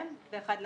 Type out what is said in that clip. כבר אמרנו.